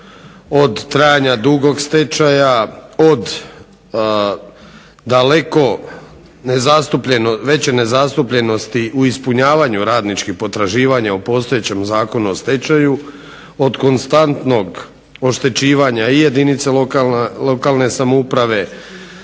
od trajanja dugog stečaja, od daleko veće nezastupljenosti u ispunjavanju radničkih potraživanja u postojećem Zakonu u stečaju, od konstantnog oštećivanja i jedinica lokalne samouprave,